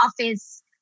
office